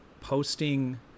posting